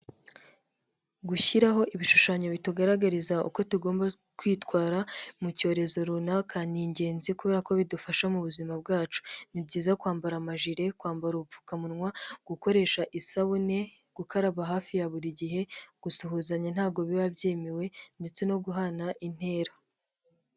Gushyiraho ibishushanyo bitugaragariza uko tugomba kwitwara mu cyorezo runaka ni ingenzi kubera ko bidufasha mu buzima bwacu. Ni byiza kwambara amajire, kwambara ubupfukamunwa, gukoresha isabune, gukaraba hafi ya buri gihe, gusuhuzanya ntago biba byemewe, ndetse no guhana intera.